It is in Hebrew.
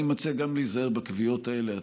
אני מציע גם להיזהר בקביעות האלה.